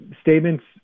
statements